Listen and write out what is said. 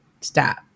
stop